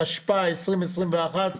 התשפ"א-2021,